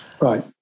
Right